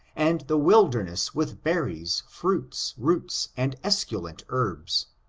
and the wilderness with berries, fruits, roots and esculent herbs.